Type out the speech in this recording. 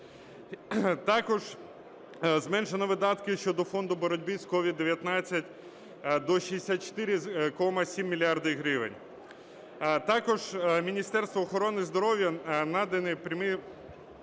Також зменшено видатки щодо фонду боротьби з COVID-19 – до 64,7 мільярда гривень. Також Міністерству охорони здоров'я надані прямі